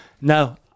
No